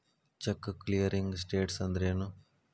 Check clearing status ಅಂದ್ರೇನು?